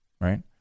Right